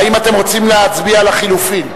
האם אתם רוצים להצביע על החלופין?